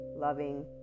loving